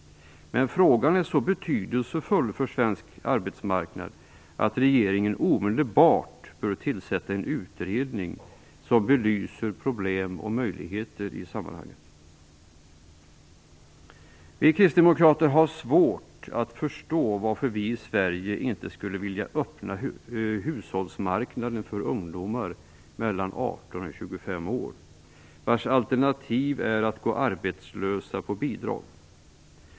Men frågan är så betydelsefull för svensk arbetsmarknad att regeringen omedelbart bör tillsätta en utredning som belyser problem och möjligheter i sammanhanget. Vi kristdemokrater har svårt att förstå varför vi i Sverige inte skulle vilja öppna hushållsmarknaden för ungdomar mellan 18 och 25 år vars alternativ är att gå arbetslösa på bidrag.